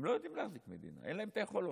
הם לא יודעים להחזיק מדינה, אין להם את היכולות.